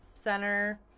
center